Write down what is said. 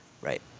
right